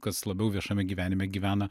kas labiau viešame gyvenime gyvena